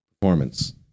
performance